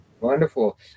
Wonderful